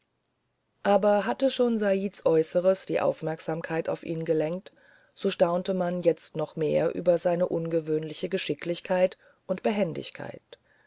aber hatte schon saids äußeres die aufmerksamkeit auf ihn gelenkt so staunte man jetzt noch mehr über seine ungewöhnliche geschicklichkeit und behendigkeit